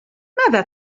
ماذا